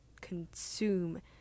consume